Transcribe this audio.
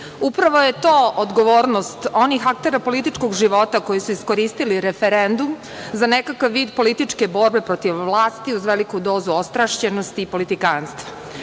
Upravo je to odgovornost onih aktera političkog života koji su iskoristili referendum za nekakav vid političke borbe protiv vlasti, uz veliku dozu ostrašćenosti i politikanstva.